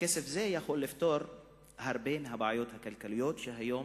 וכסף זה יכול לפתור הרבה מהבעיות הכלכליות שהיום